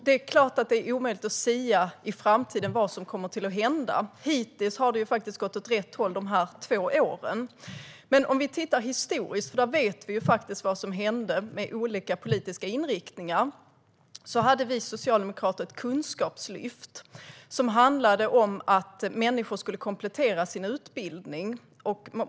Det är klart att det är omöjligt att sia om vad som kommer att hända i framtiden. Hittills under dessa två år har det faktiskt gått åt rätt håll. Men vi kan titta historiskt, för där vet vi ju vad som hände med olika politiska inriktningar. Vi socialdemokrater hade ett kunskapslyft som handlade om att människor skulle komplettera sin utbildning.